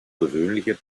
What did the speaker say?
gewöhnliche